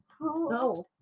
No